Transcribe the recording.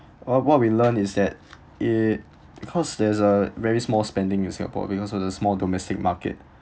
what what we learned is that it because there's a very small spending in singapore because of the small domestic market